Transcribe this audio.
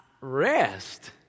Rest